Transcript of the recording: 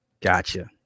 gotcha